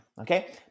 Okay